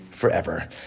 forever